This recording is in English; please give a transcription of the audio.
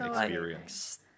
experience